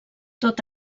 tot